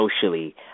socially